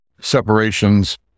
separations